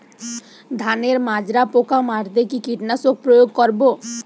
ধানের মাজরা পোকা মারতে কি কীটনাশক প্রয়োগ করব?